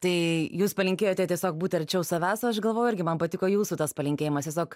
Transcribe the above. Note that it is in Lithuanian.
tai jūs palinkėjote tiesiog būti arčiau savęs aš galvoju irgi man patiko jūsų tas palinkėjimas tiesiog